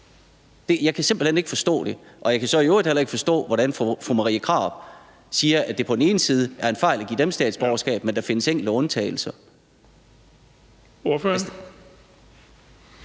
Jeg kan simpelt hen ikke forstå det, og jeg kan så i øvrigt heller ikke forstå, hvordan fru Marie Krarup kan sige, at det er en fejl at give dem statsborgerskab, men at der findes enkelte undtagelser.